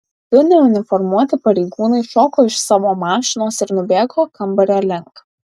du neuniformuoti pareigūnai šoko iš savo mašinos ir nubėgo kambario link